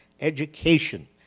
education